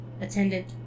Attendant